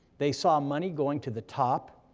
they saw money going to the top,